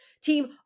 Team